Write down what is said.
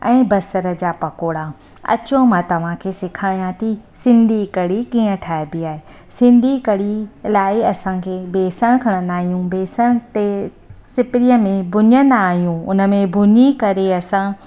ऐं बसर जा पकौड़ा अचो मां तव्हांखे सिखायां थी सिंधी कड़ी कीअं ठाइबी आहे सिंधी कड़ी लाइ असांखे बेसण खणंदा आहियूं बेसण ते सिपरीअ में भुञंदा आयूं हुन में भुञी करे असां